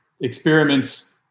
experiments